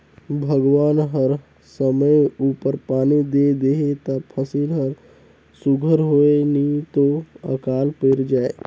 भगवान हर समे उपर पानी दे देहे ता फसिल हर सुग्घर होए नी तो अकाल पइर जाए